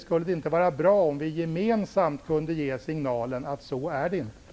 Skulle det inte vara bra om vi gemensamt kunde ge signalen att det inte är så?